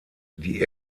die